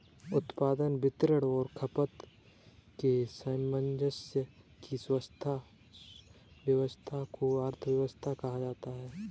उत्पादन, वितरण और खपत के सामंजस्य की व्यस्वस्था को अर्थव्यवस्था कहा जाता है